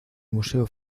museo